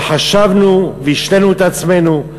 וחשבנו והשלינו את עצמנו.